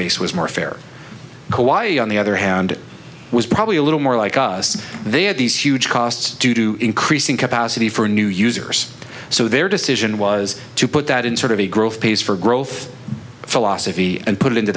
base was more fair why on the other hand it was probably a little more like us they had these huge costs due to increasing capacity for new users so their decision was to put that in sort of a growth piece for growth philosophy and put i